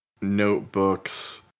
notebooks